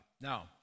Now